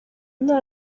nta